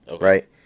right